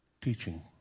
teaching